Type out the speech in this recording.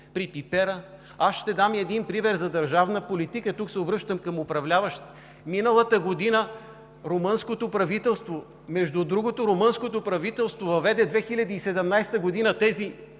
при пипера. Аз ще дам и пример за държавна политика. Тук се обръщам към управляващите. Миналата година румънското правителство, между другото въведе в 2017 г. тези